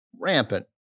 rampant